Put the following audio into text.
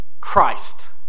Christ